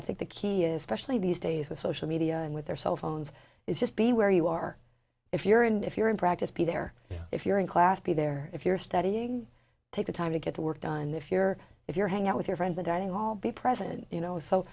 i think the key is specially these days with social media and with their cellphones it's just be where you are if you're in if you're in practice be there if you're in class be there if you're studying take the time to get the work done if you're if you're hanging out with your friends the dating all be present you know so